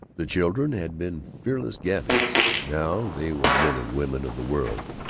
the children had been featureless gabies. now they were men and women of the world,